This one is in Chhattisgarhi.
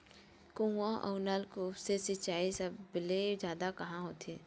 कुआं अउ नलकूप से सिंचाई सबले जादा कहां होथे?